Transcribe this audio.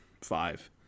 five